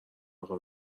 اقا